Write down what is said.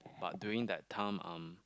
but during that time um